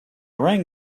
rang